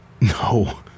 No